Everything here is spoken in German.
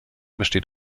besteht